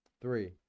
Three